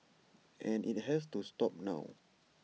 and IT has to stop now